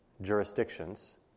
Jurisdictions